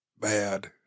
bad